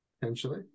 Potentially